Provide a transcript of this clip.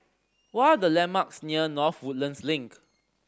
what are the landmarks near North Woodlands Link